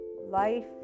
life